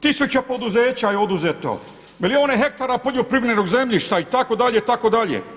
Tisuće poduzeća je oduzeto, milijune hektara poljoprivrednog zemljišta itd., itd.